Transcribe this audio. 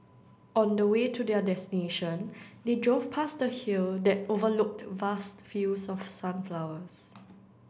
on the way to their destination they drove past the hill that overlooked vast fields of sunflowers